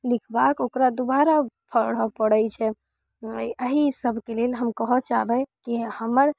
लिखबाके ओकरा दोबारा पढ़ऽ पड़ै छै अहि सबके लेल हम कहऽ चाहबै कि हमर